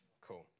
Cool